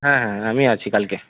হ্যাঁ হ্যাঁ আমি আছি কালকে